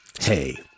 Hey